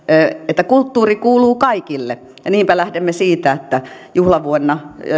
että kulttuuri kuuluu kaikille niinpä lähdemme siitä että juhlavuonna